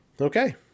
Okay